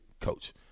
coach